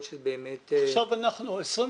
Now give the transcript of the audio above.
עכשיו אנחנו ב-25